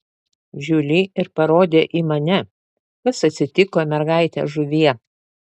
žiuli ir parodė į mane kas atsitiko mergaite žuvie